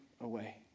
away